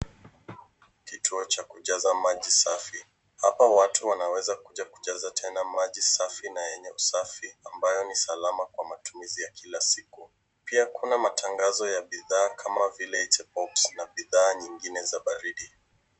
Kituo cha kujaza maji safi. Hapa watu wanaweza kuja kujaza tena maji safi na yenye usafi ambayo ni salama kwa matumizi ya kila siku. Pia kuna matangazo ya bidhaa kama vile na bidhaa nyingine